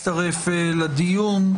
שמצטרף לדיון.